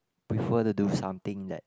prefer to do something that